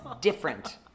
different